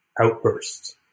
outbursts